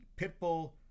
Pitbull